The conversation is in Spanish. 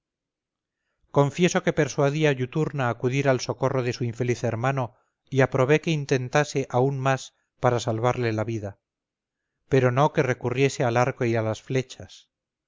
confieso que persuadí a iuturna acudir al socorro de su infeliz hermano y aprobé que intentase aún más para salvarle la vida pero no que recurriese al arco y a las flechas